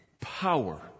power